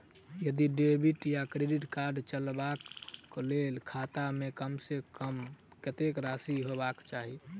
यदि डेबिट वा credit card चलबाक कऽ लेल खाता मे कम सऽ कम कत्तेक राशि हेबाक चाहि?